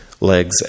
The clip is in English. legs